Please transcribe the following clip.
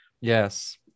Yes